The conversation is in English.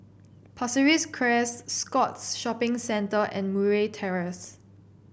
Pasir Ris Crest Scotts Shopping Centre and Murray Terrace